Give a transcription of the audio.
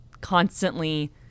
constantly